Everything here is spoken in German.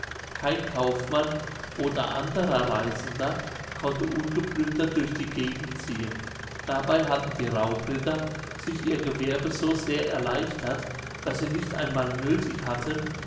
kein kaufmann oder anderer reisender konnte ungeplündert durch die gegend ziehen dabei hatten die raubritter sich ihr gewerbe so sehr erleichtert daß sie nicht einmal nöthig hatten